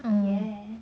ya